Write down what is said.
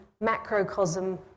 macrocosm